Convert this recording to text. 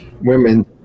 women